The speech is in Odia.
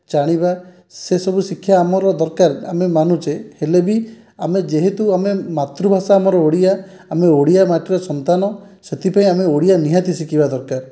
ଜାଣିବା ସେସବୁ ଶିକ୍ଷା ଆମର ଦରକାର ଆମେ ମାନୁଛେ ହେଲେବି ଆମେ ଯେହେତୁ ଆମେ ମାତୃଭାଷା ଆମର ଓଡ଼ିଆ ଆମେ ଓଡ଼ିଆ ମାଟିର ସନ୍ତାନ ସେଥିପାଇଁ ଆମେ ଓଡ଼ିଆ ନିହାତି ଶିଖିବା ଦରକାର